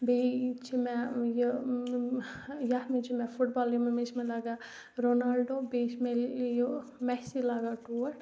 بیٚیہِ چھِ مےٚ یہِ یَتھ منٛز چھِ مےٚ فُٹ بال یِمَن منٛز چھِ مےٚ لَگان رونالڈو بیٚیہِ چھِ مےٚ لیو مٮ۪سی لَگان ٹوٹھ